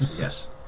yes